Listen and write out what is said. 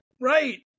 right